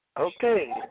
Okay